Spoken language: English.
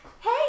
Hey